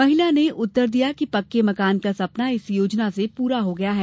महिला ने उत्तर दिया कि पक्के मकान का सपना इस योजना से पूरा हो गया है